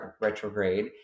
retrograde